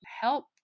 help